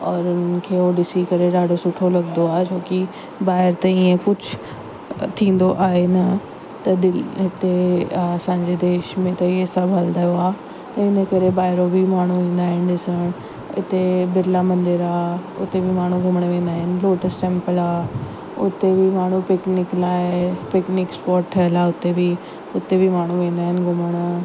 और उन्हनि खे उहो ॾिसी करे ॾाढो सुठो लॻंदो आहे छो कि ॿाहिरि त इअं कुझु थींदो आहे न तॾहिं हिते असांजे देश में त इअं सभु हलंदो आहे पोइ इनकरे ॿाहिरां बि माण्हू ईंदा आहिनि ॾिसण हिते बिरला मंदरु आहे हुते बि माण्हू घुमण वेंदा आहिनि लोटस टैंपल आहे हुते बि माण्हू पिकनिक लाइ पिकनिक स्पॉट ठहियल आहे हुते बि हुते बि माण्हू ईंदा आहिनि घुमण